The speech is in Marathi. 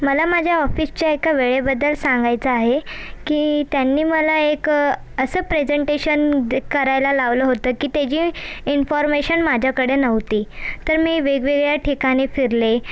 मला माझ्या ऑफिसच्या एका वेळेबद्दल सांगायचं आहे की त्यांनी मला एक असं प्रेजेंटेशन दे करायला लावलं होतं की ते जी इन्फॉर्मेशन माझ्याकडे नव्हती तर मी वेगवेगळ्या ठिकाणी फिरले